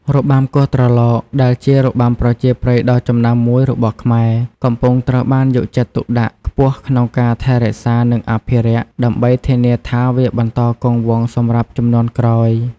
របាំគោះត្រឡោក ដែលជារបាំប្រជាប្រិយដ៏ចំណាស់មួយរបស់ខ្មែរ កំពុងត្រូវបានយកចិត្តទុកដាក់ខ្ពស់ក្នុងការថែរក្សា និងអភិរក្ស ដើម្បីធានាថាវាបន្តគង់វង្សសម្រាប់ជំនាន់ក្រោយ។